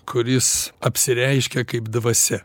kuris apsireiškia kaip dvasia